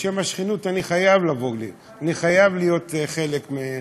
בשם השכנות, אני חייב להיות חלק מהדיון.